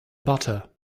butter